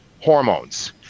hormones